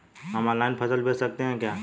हम ऑनलाइन फसल बेच सकते हैं क्या?